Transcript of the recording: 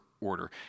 order